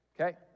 Okay